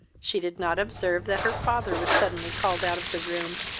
she did not observe that her father was suddenly called out of the room,